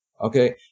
Okay